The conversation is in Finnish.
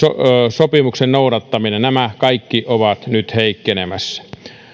sopimuksien noudattaminen nämä kaikki ovat nyt heikkenemässä